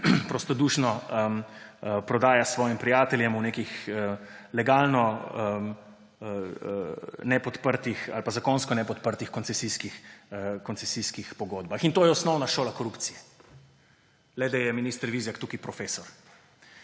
prostodušno prodaja svojim prijateljem v nekih zakonsko nepodprtih koncesijskih pogodbah. To je osnovna šola korupcije, le da je minister Vizjak tukaj profesor.